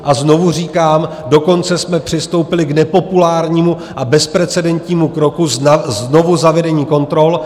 A znovu říkám, dokonce jsme přistoupili k nepopulárnímu a bezprecedentnímu kroku znovuzavedení kontrol.